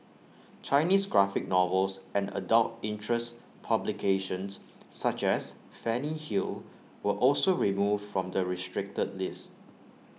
Chinese graphic novels and adult interest publications such as Fanny hill were also removed from the restricted list